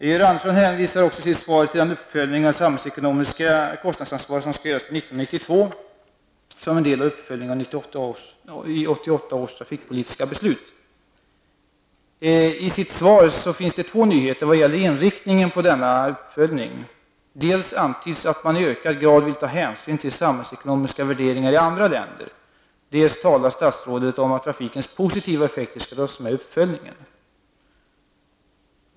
Georg Andersson hänvisar också i sitt svar till den uppföljning av det samhällsekonomiska kostnadsansvaret som skall göras till 1992 som en del av uppföljningen av 1988 års trafikpolitiska beslut. I svaret finns det två nyheter i vad gäller inriktningen på uppföljningen. Dels antyds att man i ökad grad vill ta hänsyn till samhällsekonomiska värderingar i andra länder, dels nämner statsrådet att trafikens positiva effekter skall tas med i uppföljningen.